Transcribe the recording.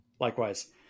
Likewise